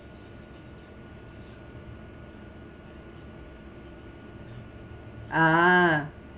ah